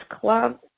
club